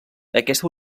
aquesta